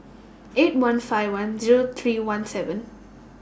eight one five one Zero three one seven